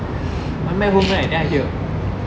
come back home right then I hear